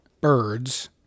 birds